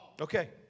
Okay